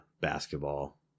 basketball